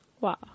Wow